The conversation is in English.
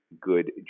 good